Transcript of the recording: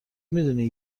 میدونی